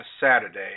Saturday